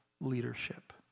leadership